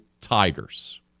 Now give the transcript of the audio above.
tigers